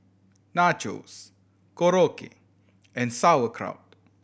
Nachos Korokke and Sauerkraut